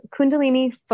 kundalini